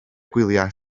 gwyliau